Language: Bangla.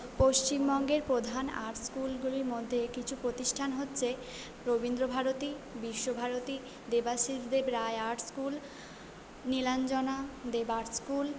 পশ্চিমবঙ্গের প্রধান আর্ট স্কুলগুলির মধ্যে কিছু প্রতিষ্ঠান হচ্ছে Rabindrabharati Visvabharati Debashish Deb Roy art school Nilanjana Deb art school